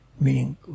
meaning